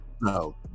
No